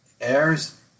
heirs